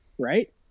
Right